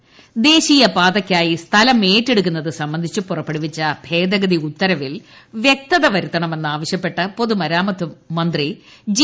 സുധാകരൻ ദേശീയപാതക്കായി സ്ഥലം ഏറ്റെടുക്കുന്നത് സംബന്ധിച്ച് പുറപ്പെടുവിച്ച ഭേദ ഗതി ഉത്തരവിൽ വൃക്തത വരുത്തണമെന്ന് ആവശൃപ്പെട്ട് പൊതുമരാമത്ത് മന്ത്രി ജി